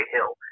Hill